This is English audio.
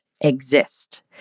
exist